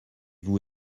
vous